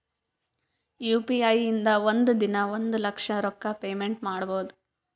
U P I ಇಂದ ಒಂದ್ ದಿನಾ ಒಂದ ಲಕ್ಷ ರೊಕ್ಕಾ ಪೇಮೆಂಟ್ ಮಾಡ್ಬೋದ್